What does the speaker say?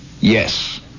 Yes